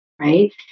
right